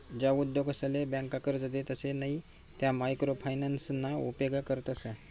ज्या उद्योगसले ब्यांका कर्जे देतसे नयी त्या मायक्रो फायनान्सना उपेग करतस